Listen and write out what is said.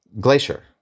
Glacier